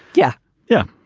yeah yeah,